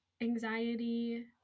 anxiety